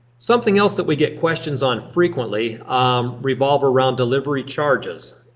something else that we get questions on frequently um revolve around delivery charges.